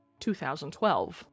2012